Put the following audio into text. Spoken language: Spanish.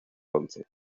once